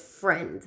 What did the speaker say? friend